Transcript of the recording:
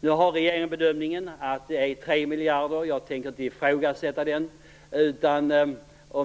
Nu gör regeringen bedömningen att det är 3 miljarder - jag tänker inte ifrågasätta den.